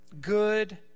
good